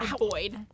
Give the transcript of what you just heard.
avoid